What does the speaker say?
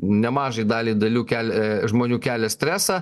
nemažai daliai dalių kel e žmonių kelia stresą